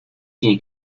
tiene